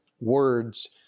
words